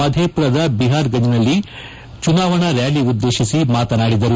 ಮಧೇಪುರದ ಬಿಹಾರ್ ಗಂಜ್ನಲ್ಲಿ ಚುನಾವಣಾ ರ್ಯಾಲಿ ಉದ್ದೇಶಿಸಿ ಮಾತನಾಡಿದರು